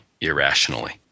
irrationally